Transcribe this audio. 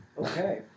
Okay